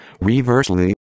Reversely